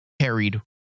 carried